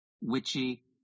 witchy